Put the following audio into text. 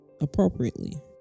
Appropriately